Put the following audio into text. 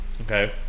Okay